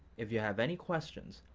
if you have any questions,